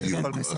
בדיוק.